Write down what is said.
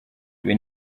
ibi